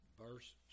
verse